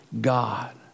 God